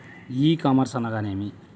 ఈ కామర్స్ అనగానేమి?